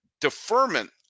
deferment